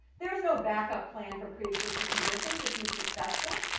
there's no backup plan for pre-existing conditions if he's successful.